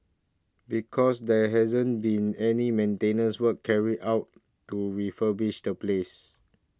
because there hasn't been any maintenance works carried out to refurbish the place